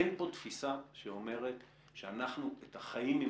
אין פה תפיסה שאומרת שאנחנו את החיים עם